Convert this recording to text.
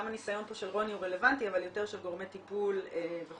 גם הניסיון של רוני הוא רלבנטי אבל יותר של גורמי טיפול וכולי.